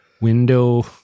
window